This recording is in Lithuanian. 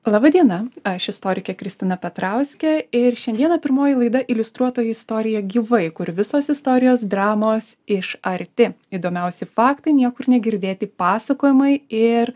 laba diena aš istorikė kristina petrauskė ir šiandieną pirmoji laida iliustruotoji istorija gyvai kur visos istorijos dramos iš arti įdomiausi faktai niekur negirdėti pasakojimai ir